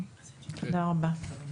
תודה רבה.